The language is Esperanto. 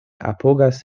apogas